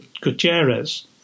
Gutierrez